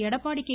Edappadi K